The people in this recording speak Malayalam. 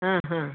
ആ ഹാ